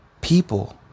people